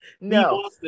No